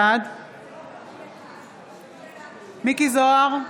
בעד מכלוף מיקי זוהר,